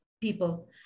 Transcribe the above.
people